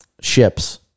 ships